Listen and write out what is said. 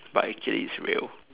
but actually it's real